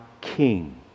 king